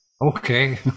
Okay